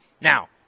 Now